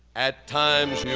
at times,